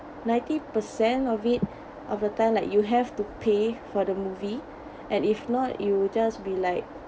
ninety percent of it of a time like you have to pay for the movie and if not you would just be like